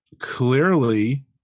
clearly